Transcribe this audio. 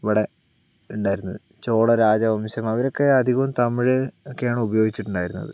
ഇവിടെ ഉണ്ടായിരുന്നത് ചോളരാജവംശം അവരൊക്കെ അധികവും തമിഴ് ഒക്കെയാണ് ഉപയോഗിച്ചിട്ടുണ്ടായിരുന്നത്